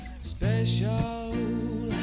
special